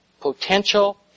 potential